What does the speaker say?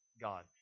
God